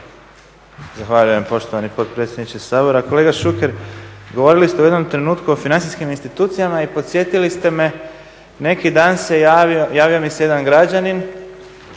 Zahvaljujem poštovani potpredsjedniče Sabora. Kolega Šuker, govorili ste u jednom trenutku o financijskim institucijama i podsjetili ste me neki dan se javio, javio mi se jedan građanin